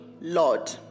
Lord